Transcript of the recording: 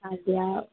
அப்படியா